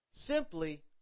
simply